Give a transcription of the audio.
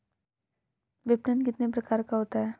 विपणन कितने प्रकार का होता है?